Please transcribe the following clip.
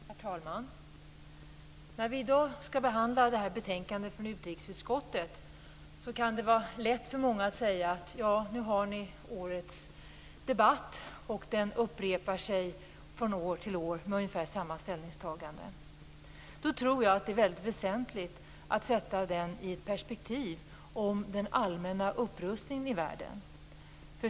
Herr talman! När vi i dag behandlar detta betänkande från utrikesutskottet kan det vara lätt för många att säga: Ja, nu har ni årets debatt, och den upprepar sig från år till år och resulterar i ungefär samma ställningstagande. Då är det väsentligt att se debatten i perspektiv till den allmänna upprustningen i världen.